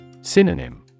Synonym